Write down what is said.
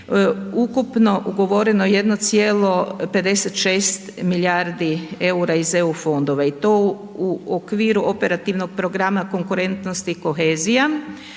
ukupno ugovoreno 1,56 milijardi EUR-a iz EU fondova i to u okviru operativnog programa konkurentnosti i kohezija,